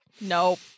Nope